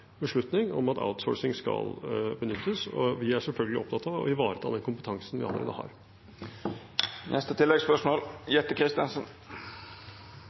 beslutning om at outsourcing skal benyttes. Vi er selvfølgelig opptatt av å ivareta den kompetansen vi allerede har. Det vert opna for oppfølgingsspørsmål – først Jette F. Christensen.